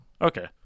Okay